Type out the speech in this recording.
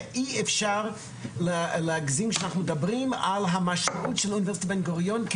ואי אפשר להגזים כשאנחנו מדברים על המשמעות של אוניברסיטת בן גוריון,